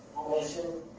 motion